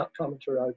commentary